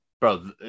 bro